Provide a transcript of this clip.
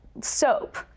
soap